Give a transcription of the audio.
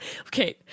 Okay